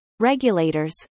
regulators